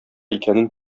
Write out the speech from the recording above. икәнен